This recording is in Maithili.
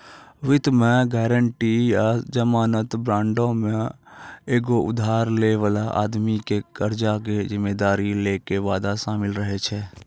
वित्त मे गायरंटी या जमानत बांडो मे एगो उधार लै बाला आदमी के कर्जा के जिम्मेदारी लै के वादा शामिल रहै छै